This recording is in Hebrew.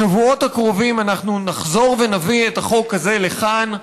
בשבועות הקרובים אנחנו נחזור ונביא את החוק הזה לכאן,